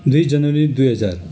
दुई जनवरी दुई हजार